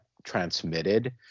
transmitted